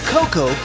Coco